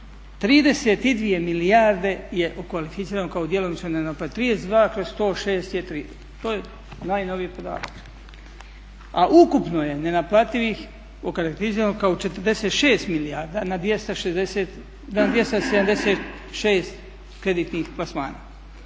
32 milijarde je okvalificirano kao djelomično nenaplativo. 32/106 je …, to je najnoviji podatak. A ukupno je nenaplativih okarakteriziranih kao 46 milijardi na 276 kreditnih plasmana,